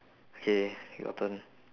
K your turn